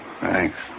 Thanks